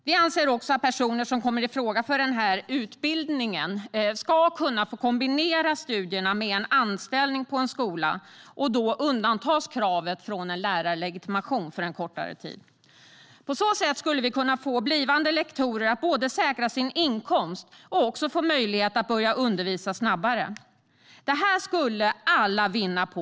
Vi anser också att personer som kommer i fråga för denna utbildning ska kunna få kombinera studierna med en anställning på en skola och då undantas från kravet på lärarlegitimation för en kortare tid. På så sätt skulle vi kunna få blivande lektorer att både säkra sin inkomst och få möjlighet att börja undervisa snabbare. Det skulle alla vinna på.